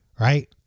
right